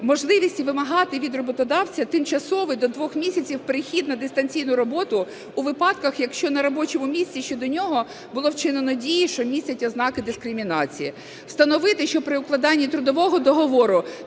можливості вимагати від роботодавця тимчасовий, до двох місяців, перехід на дистанційну роботу у випадках, якщо на робочому місці щодо нього було вчинено дії, що містять ознаки дискримінації. Встановити, що при укладанні трудового договору